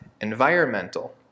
environmental